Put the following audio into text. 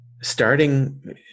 starting